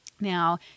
Now